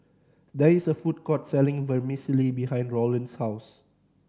there is a food court selling Vermicelli behind Roland's house